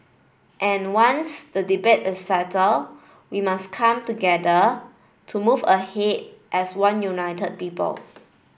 and once the debate is settled we must come together to move ahead as one united people